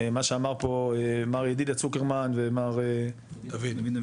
מה שאמר פה מר ידידיה צוקרמן ומר דוד,